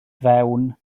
fewn